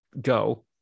go